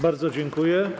Bardzo dziękuję.